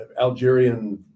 Algerian